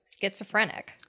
schizophrenic